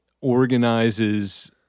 organizes